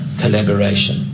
collaboration